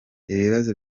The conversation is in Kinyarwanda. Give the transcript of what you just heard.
ibibazo